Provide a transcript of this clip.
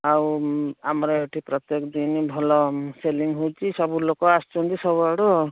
ଆଉ ଆମର ଏଠି ପ୍ରତ୍ୟେକ ଦିନ ଭଲ ସେଲିଂ ହେଉଛି ସବୁ ଲୋକ ଆସୁଛନ୍ତି ସବୁଆଡ଼ୁ